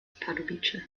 pardubice